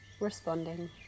responding